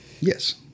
Yes